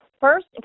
First